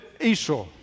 Esau